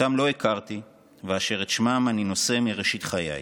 לא הכרתי אותם, אבל את שמם אני נושא מראשית חיי: